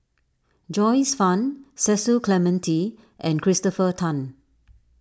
Joyce Fan Cecil Clementi and Christopher Tan